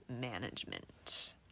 management